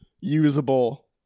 usable